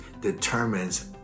determines